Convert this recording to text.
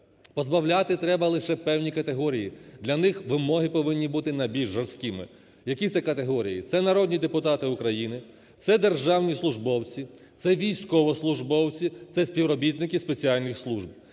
Позбавляти треба лише певні категорії, для них вимоги повинні бути найбільш жорсткими. Які це категорії? Це народні депутати України, це державні службовці, це військовослужбовці, це співробітники спеціальних служб.